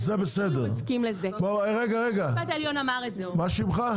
אז -- רגע מה שמך?